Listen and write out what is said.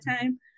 time